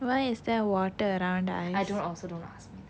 why is there water around ice